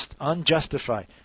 unjustified